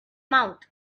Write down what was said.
mouth